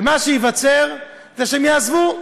ומה שייווצר זה שהם יעזבו,